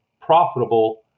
profitable